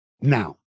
Now